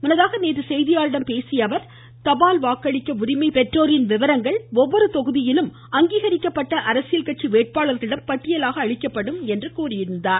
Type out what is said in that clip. முன்னதாக நேற்று செய்தியாளர்களிடம் பேசிய அவர் தபால் வாக்களிக்க உரிமை பெற்றோரின் விவரங்கள் ஒவ்வொரு தொகுதியிலும் அங்கீகரிக்கப்பட்ட அரசியல் கட்சி வேட்பாளர்களிடம் பட்டியலாக அளிக்கப்படும் என தெரிவித்திருந்தார்